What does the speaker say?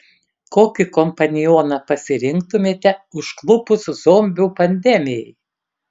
kokį kompanioną pasirinktumėte užklupus zombių pandemijai